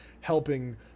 helping